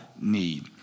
need